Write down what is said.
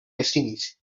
destinies